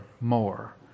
more